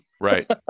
Right